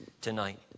tonight